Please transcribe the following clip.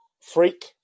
Freak